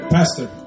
Pastor